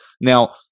Now